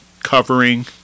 Covering